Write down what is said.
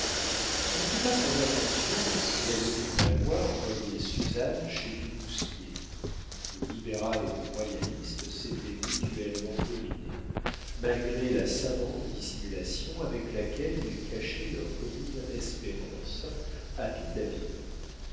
ce n'était pas sans intention que le chevalier de valois envoyait suzanne chez du bousquier le libéral et le royaliste s'étaient mutuellement devinés malgré la savante dissimulation avec laquelle ils cachaient leur commune espérance à toute la ville